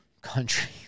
country